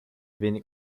wenig